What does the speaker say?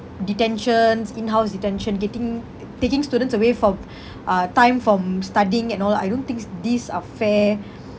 detentions in house detention getting ta~ taking students away from uh time from studying and all I don't thinks these are fair